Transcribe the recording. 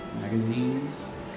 magazines